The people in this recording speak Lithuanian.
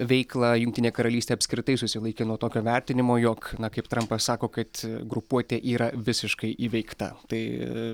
veiklą jungtinė karalystė apskritai susilaikė nuo tokio vertinimo jog na kaip trampas sako kad grupuotė yra visiškai įveikta tai